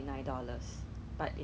err younger days